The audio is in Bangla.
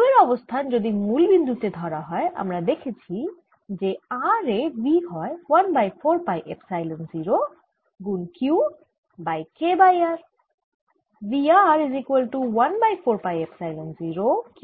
Q এর অবস্থান যদি মুল বিন্দু তে ধরা হয় আমরা দেখেছি যে r এ V হয় 1 বাই 4 পাই এপসাইলন 0 গুন Q বাই